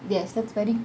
yes that's very